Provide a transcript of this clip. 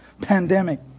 pandemic